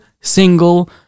single